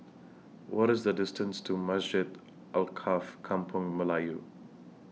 What IS The distance to Masjid Alkaff Kampung Melayu